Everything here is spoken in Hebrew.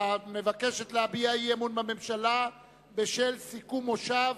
המבקשת להביע אי-אמון בממשלה בשל סיכום המושב,